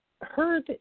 heard